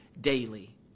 daily